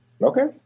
Okay